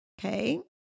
Okay